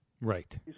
Right